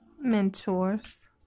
mentors